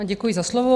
Děkuji za slovo.